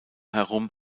herum